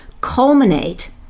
culminate